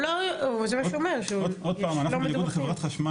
זה מה שהוא אומר, שיש לא מדווחים.